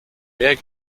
meer